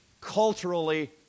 culturally